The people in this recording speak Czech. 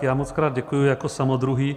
Já mockrát děkuji jako samodruhý.